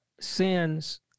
sins